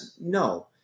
No